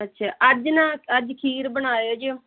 ਅੱਛਾ ਅੱਜ ਨਾ ਅੱਜ ਖੀਰ ਬਣਾਇਓ ਜੀ